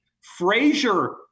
Frazier